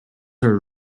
her